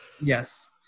Yes